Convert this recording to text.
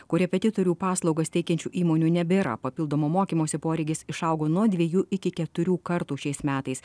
korepetitorių paslaugas teikiančių įmonių nebėra papildomo mokymosi poreikis išaugo nuo dviejų iki keturių kartų šiais metais